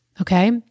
Okay